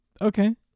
okay